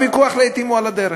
הוויכוח לעתים הוא על הדרך.